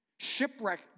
Shipwreck